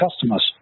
customers